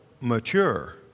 mature